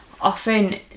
often